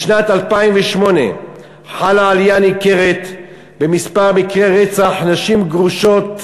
משנת 2008 חלה עלייה ניכרת במספר מקרי הרצח של נשים גרושות,